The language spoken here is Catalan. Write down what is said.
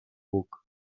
buc